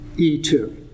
E2